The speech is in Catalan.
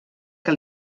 que